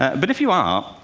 but if you are,